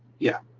yeah,